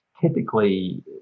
typically